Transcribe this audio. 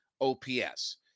OPS